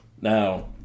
Now